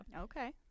Okay